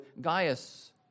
Gaius